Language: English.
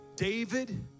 David